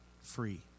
free